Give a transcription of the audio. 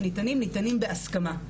ניתנים בהסכמה.